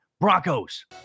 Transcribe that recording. Broncos